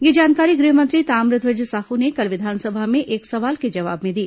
यह जानकारी गृह मंत्री ताम्रध्वज साहू ने कल विधानसभा में एक सवाल के जवाब में दी